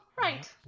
right